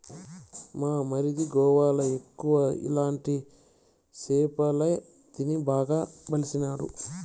మా మరిది గోవాల ఎక్కువ ఇలాంటి సేపలే తిని బాగా బలిసినాడు